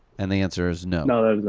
and the answer is no.